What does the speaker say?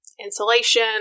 insulation